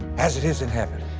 as it is in heaven.